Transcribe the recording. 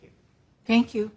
you thank you